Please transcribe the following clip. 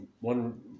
one